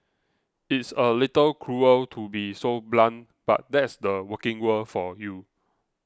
it's a little cruel to be so blunt but that's the working world for you